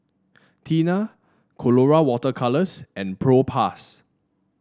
Tena Colora Water Colours and Propass